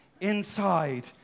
Inside